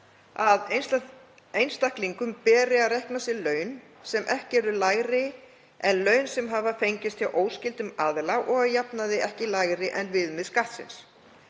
að einstaklingum beri að reikna sér laun sem ekki eru lægri en laun sem hefðu fengist hjá óskyldum aðila og að jafnaði ekki lægri en viðmið Skattsins.